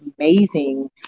amazing